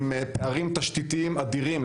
עם פערים תשתיתיים אדירים.